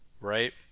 right